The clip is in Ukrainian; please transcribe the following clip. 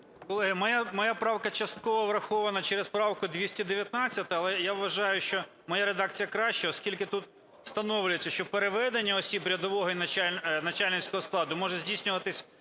Колеги, моя правка частково врахована через правку 219. Але я вважаю, що моя редакція краща, оскільки тут встановлюється, що переведення осіб рядового і начальницького складу може здійснюватись